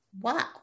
Wow